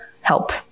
help